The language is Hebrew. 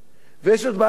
יש בעיה נוספת,